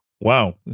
Wow